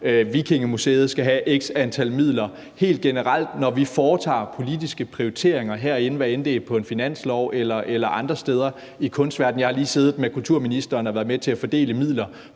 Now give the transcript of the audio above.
Vikingeskibsmuseet skal have x antal midler, når vi helt generelt foretager politiske prioriteringer herinde, hvad end det er på en finanslov eller andre steder i kunstverdenen – jeg har lige siddet med kulturministeren og været med til at fordele midler